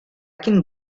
can